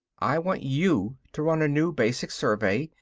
i want you to run a new basic survey,